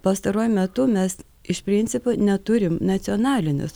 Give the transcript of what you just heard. pastaruoju metu mes iš principo neturim nacionalinės